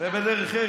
ובדרך ארץ,